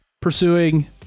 pursuing